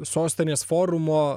sostinės forumo